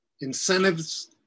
incentives